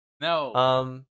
No